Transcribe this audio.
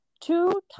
two